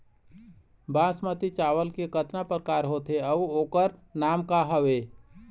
बासमती चावल के कतना प्रकार होथे अउ ओकर नाम क हवे?